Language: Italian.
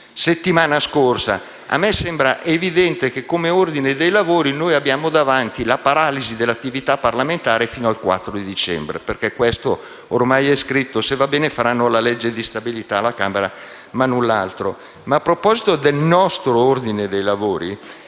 settimana scorsa. A me sembra evidente che come ordine dei lavori abbiamo davanti la paralisi dell'attività parlamentare fino al 4 dicembre. Questo ormai è scritto. Se va bene, faranno la legge di stabilità alla Camera, ma null'altro. A proposito però del nostro ordine dei lavori,